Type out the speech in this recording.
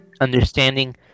understanding